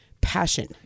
passion